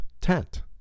tent